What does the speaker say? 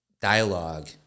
dialogue